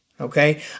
Okay